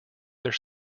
their